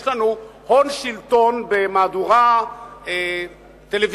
יש לנו הון שלטון במהדורה טלוויזיונית,